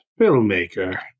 filmmaker